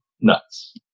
nuts